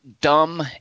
dumb